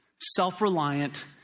self-reliant